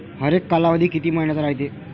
हरेक कालावधी किती मइन्याचा रायते?